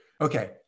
okay